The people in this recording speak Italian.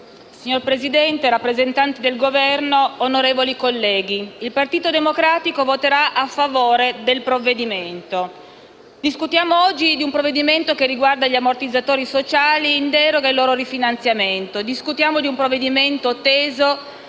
Signor Presidente, rappresentanti del Governo, onorevoli colleghi, il Partito Democratico voterà a favore del provvedimento in esame. Discutiamo oggi di un provvedimento che riguarda gli ammortizzatori sociali in deroga e il loro rifinanziamento. Discutiamo di un provvedimento teso